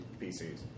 PCs